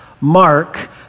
Mark